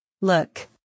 Look